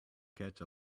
catch